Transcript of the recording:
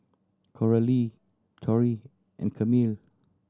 Coralie Tory and Camille